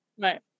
Right